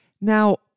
Now